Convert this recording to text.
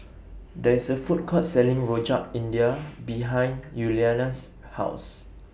There IS A Food Court Selling Rojak India behind Yuliana's House